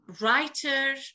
Writer